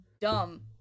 dumb